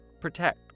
Protect